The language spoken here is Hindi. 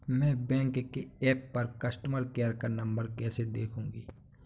मैं बैंक के ऐप पर कस्टमर केयर का नंबर कैसे देखूंगी?